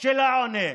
של העוני.